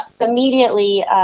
immediately